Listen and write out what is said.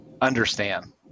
understand